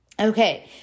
okay